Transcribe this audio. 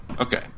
Okay